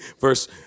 Verse